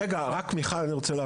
התלונות.